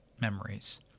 memories